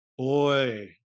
Boy